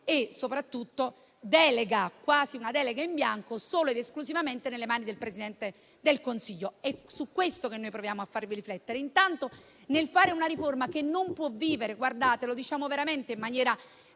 e soprattutto quasi una delega in bianco solo ed esclusivamente nelle mani del Presidente del Consiglio. È su questo che proviamo a farvi riflettere. Quella che fate è una riforma che non può vivere, lo diciamo veramente in maniera